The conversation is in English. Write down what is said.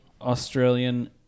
Australian